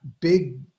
big